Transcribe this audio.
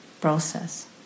process